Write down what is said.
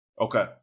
Okay